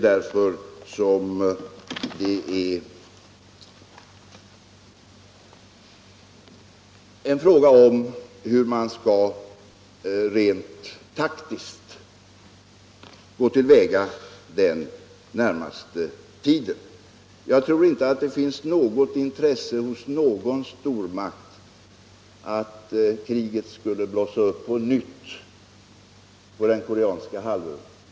Därför är det en fråga om hur man bör gå till väga rent taktiskt under den närmaste tiden. Jag tror inte att det hos någon stormakt finns något intresse av att kriget blossar upp på nytt på den koreanska halvön.